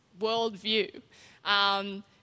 worldview